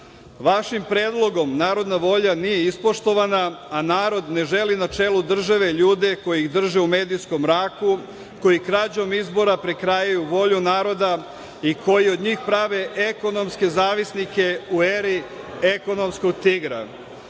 vašim predlogom narodna volja nije ispoštovana, a narod ne želi na čelu države ljude koji ih drže u medijskom mraku, koji krađom izbora prekrajaju volju naroda i koji od njih prave ekonomske zavisnike u eri ekonomskog tigra. Kada